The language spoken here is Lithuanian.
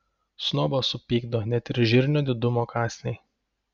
snobą supykdo net ir žirnio didumo kąsniai